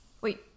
Wait